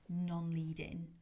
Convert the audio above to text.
non-leading